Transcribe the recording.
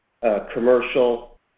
commercial